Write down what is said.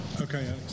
Okay